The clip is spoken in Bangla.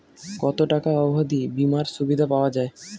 কত টাকা অবধি বিমার সুবিধা পাওয়া য়ায়?